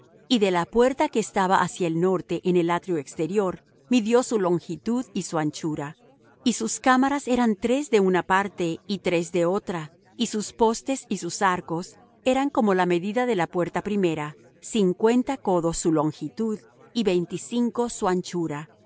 y de la puerta que estaba hacia el norte en el atrio exterior midió su longitud y su anchura y sus cámaras eran tres de una parte y tres de otra y sus postes y sus arcos eran como la medida de la puerta primera cincuenta codos su longitud y veinticinco su anchura